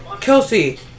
Kelsey